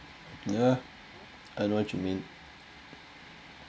ya I know what you mean